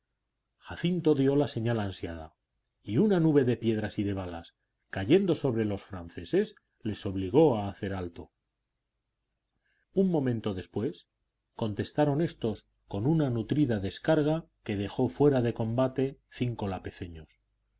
jacinto dio la señal ansiada y una nube de piedras y de balas cayendo sobre los franceses les obligó a hacer alto un momento después contestaron éstos con una nutrida descarga que dejó fuera de combate cinco